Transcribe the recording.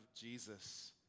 Jesus